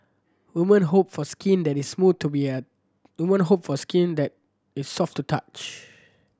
woman hope for skin that is to woman hope for skin that is soft to touch